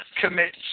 commit